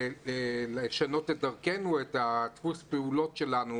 לשנות את דרכנו או את דפוס הפעולות שלנו,